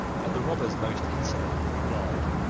but the robbers most insolently replied,